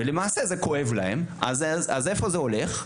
ולמעשה, זה כואב להם, אז איפה זה הולך?